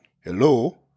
Hello